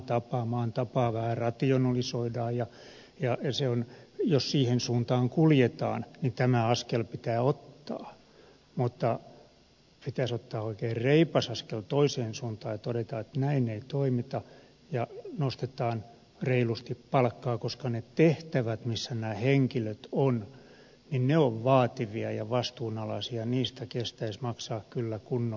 maan tapaa vähän rationalisoidaan ja jos siihen suuntaan kuljetaan niin tämä askel pitää ottaa mutta pitäisi ottaa oikein reipas askel toiseen suuntaan ja todeta että näin ei toimita ja nostetaan reilusti palkkaa koska ne tehtävät missä nämä henkilöt ovat ovat vaativia ja vastuunalaisia niistä kestäisi maksaa kyllä kunnon palkkaa